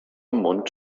mund